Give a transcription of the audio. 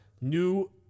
new